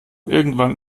irgendwann